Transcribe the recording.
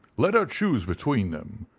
let her choose between them.